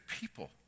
people